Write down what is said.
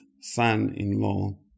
son-in-law